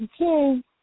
Okay